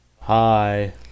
Hi